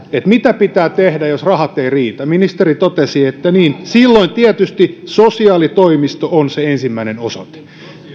mitä pitää tehdä jos rahat eivät riitä ministeri totesi että silloin tietysti sosiaalitoimisto on se ensimmäinen osoite